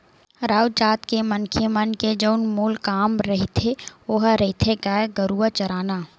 राउत जात के मनखे मन के जउन मूल काम रहिथे ओहा रहिथे गाय गरुवा चराना